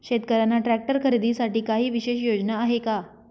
शेतकऱ्यांना ट्रॅक्टर खरीदीसाठी काही विशेष योजना आहे का?